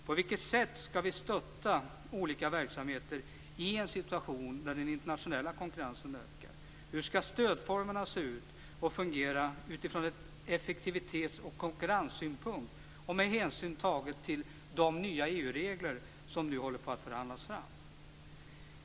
På vilket sätt skall vi stötta olika verksamheter i en situation där den internationella konkurrensen ökar? Hur skall stödformerna se ut och fungera utifrån effektivitets och konkurrenssynpunkt och med hänsyn tagen till de nya EU-regler som nu håller på att förhandlas fram?